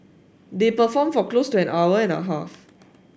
they performed for close an hour and a half